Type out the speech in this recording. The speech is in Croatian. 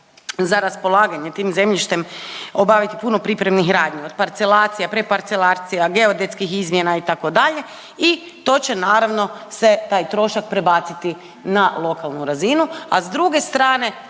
za raspolaganje tim zemljištem obaviti puno pripremnih radnji, od parcelacija, preparcelacija, geodetskih izmjena, itd. i to će naravno se taj trošak prebaciti na lokalnu razinu, a s druge strane,